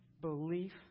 belief